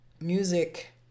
music